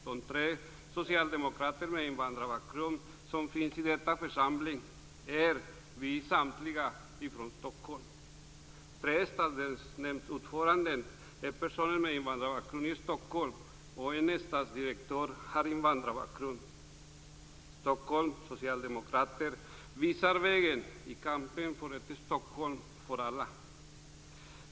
Samtliga tre socialdemokrater med invandrarbakgrund som finns i riksdagen är från Stockholm. Tre stadsdelsnämndsordförande i Stockholm är personer med invandrarbakgrund, och en stadsdelsdirektör har invandrarbakgrund. Stockholms socialdemokrater visar vägen i kampen för ett Stockholm för alla.